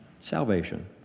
Salvation